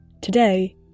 Today